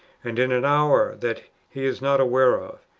and in an hour that he is not aware of,